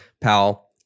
Powell